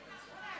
אדוני היושב-ראש,